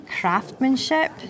craftsmanship